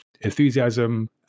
enthusiasm